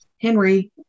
Henry